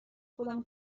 خودمو